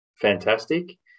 fantastic